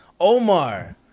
omar